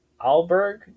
Alberg